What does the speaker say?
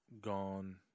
gone